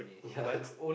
yeah that's